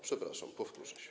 Przepraszam, powtórzyłem się.